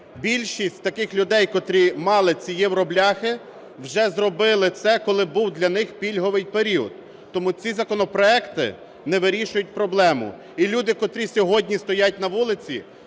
Більшість таких людей, котрі мали ці "євробляхи", вже зробили це, коли був для них пільговий період. Тому ці законопроекти не вирішують проблему і люди, котрі сьогодні стоять на вулиці,